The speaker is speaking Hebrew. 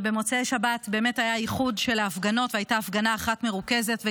ובמוצאי שבת באמת היה איחוד של ההפגנות והייתה הפגנה אחת מרוכזת,